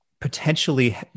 potentially